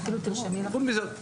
חוץ מזה,